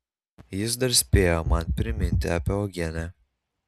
jis dar spėjo man priminti apie uogienę